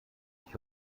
ich